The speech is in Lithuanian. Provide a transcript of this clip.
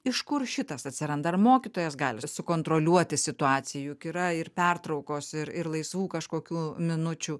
iš kur šitas atsiranda ar mokytojas gali sukontroliuoti situaciją juk yra ir pertraukos ir ir laisvų kažkokių minučių